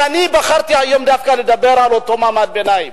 אבל אני בחרתי היום דווקא לדבר על אותו מעמד ביניים,